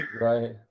right